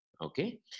Okay